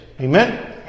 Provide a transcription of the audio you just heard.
Amen